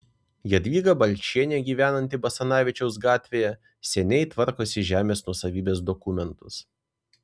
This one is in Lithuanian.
jadvyga balčienė gyvenanti basanavičiaus gatvėje seniai tvarkosi žemės nuosavybės dokumentus